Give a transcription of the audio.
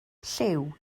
llyw